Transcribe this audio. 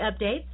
updates